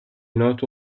noto